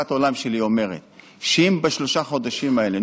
תפיסת העולם שלי אומרת שאם בשלושת החודשים האלה,